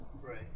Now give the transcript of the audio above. right